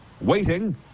waiting